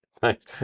thanks